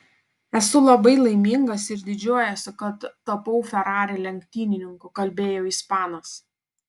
esu labai laimingas ir didžiuojuosi kad tapau ferrari lenktynininku kalbėjo ispanas